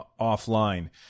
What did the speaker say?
offline